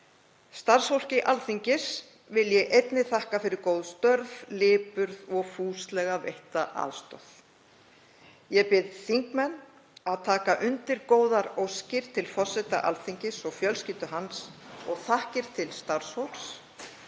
Starfsfólki Alþingis vil ég einnig þakka fyrir góð störf, lipurð og fúslega veitta aðstoð. Ég bið þingmenn að taka undir góðar óskir til forseta Alþingis og fjölskyldu hans og þakkir til starfsfólks